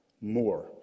more